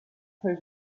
très